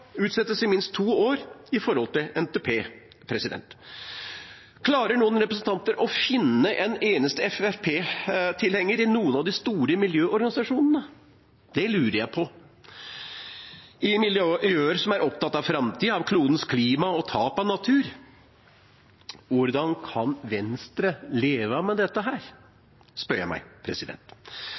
utsettes i minst to år i forhold til NTP. Klarer noen representanter å finne en eneste Fremskrittsparti-tilhenger i noen av de store miljøorganisasjonene? Det lurer jeg på – i miljøer som er opptatt av framtida, klodens klima og tap av natur. Hvordan kan Venstre leve med dette? Det spør jeg meg